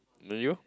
do you